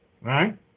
Right